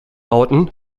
bauten